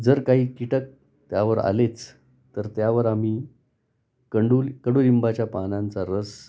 जर काही कीटक त्यावर आलेच तर त्यावर आम्ही कंडुल कंडुलिंबाच्या पानांचा रस